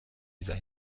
dieser